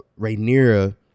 Rhaenyra